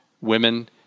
women